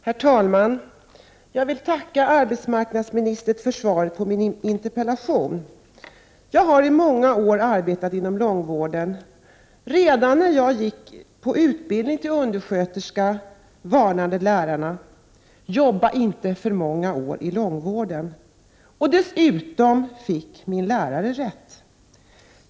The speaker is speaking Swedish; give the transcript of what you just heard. Herr talman! Jag vill tacka arbetsmarknadsministern för svaret på min interpellation. Jag har i många år arbetat inom långvården. Redan när jag gick på utbildning till undersköterska varnade min lärare: Jobba inte för många år i långvården. Dess värre hade min lärare rätt.